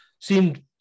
seemed